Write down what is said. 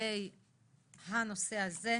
אני פותחת את הדיון בנושא אבעבועות הקוף,